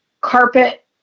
carpet